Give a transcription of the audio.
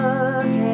Look